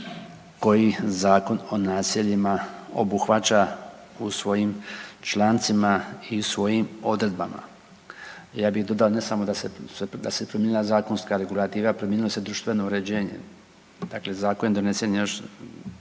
koji Zakon o naseljima obuhvaća u svojim člancima i svojim odredbama. Ja bih dodao ne samo da se promijenila zakonska regulativa, promijenilo se društveno uređenje. Dakle, zakon je donesen još